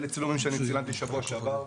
אלה צילומים שאני צילמתי שבוע שעבר,